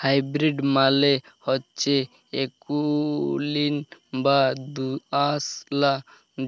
hybrid মালে হচ্যে অকুলীন বা দুআঁশলা